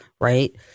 right